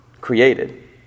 created